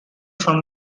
from